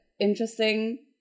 interesting